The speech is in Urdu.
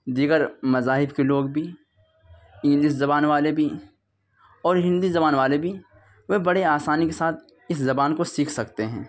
دیگر مذاہب کے لوگ بھی انگلش زبان والے بھی اور ہندی زبان والے بھی وہ بڑے آسانی کے ساتھ اس زبان کو سیکھ سکتے ہیں